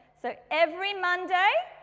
so, every monday,